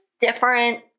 different